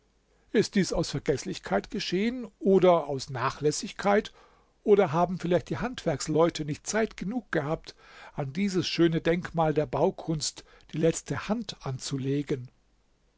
ist dies aus vergeßlichkeit geschehen oder aus nachlässigkeit oder haben vielleicht die handwerksleute nicht zeit genug gehabt an dieses schöne denkmal der baukunst die letzte hand anzulegen